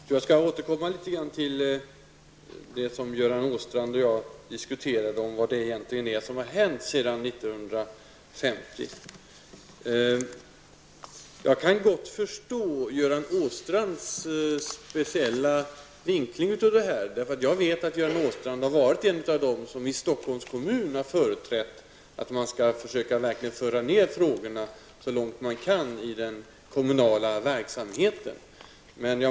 Herr talman! Jag vill återkomma till det Göran Åstrand och jag diskuterade om vad som egentligen har hänt sedan 1950. Jag kan gott förstå Göran Åstrands speciella vinkling av frågan. Jag vet att Göran Åstrand har varit en av dem som i Stockholms kommun har företrätt att man verkligen skall föra ned frågorna så långt det går i den kommunala verksamheten.